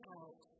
out